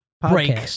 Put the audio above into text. break